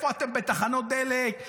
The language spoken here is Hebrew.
איפה אתם בתחנות דלק?